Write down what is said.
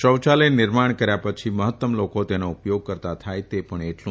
શૌયાલય નિર્માણ કર્યા પછી મહત્તમ લોકો તેનો ઉપયોગ કરતા થાય એ પણ એટલું